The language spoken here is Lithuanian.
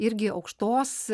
irgi aukštos